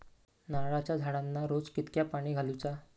नारळाचा झाडांना रोज कितक्या पाणी घालुचा?